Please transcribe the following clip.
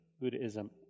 Buddhism